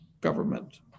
government